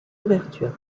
ouvertures